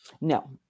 No